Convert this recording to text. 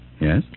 Yes